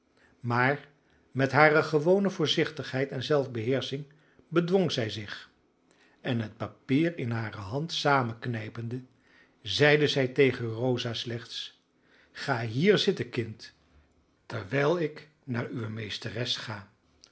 maar met hare gewone voorzichtigheid en zelfbeheersching bedwong zij zich en het papier in hare hand samenknijpende zeide zij tegen rosa slechts ga hier zitten kind terwijl ik naar uwe meesteres ga